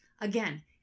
Again